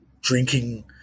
drinking